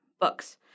books